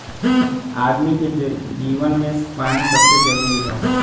आदमी के जीवन मे पानी सबसे जरूरी हौ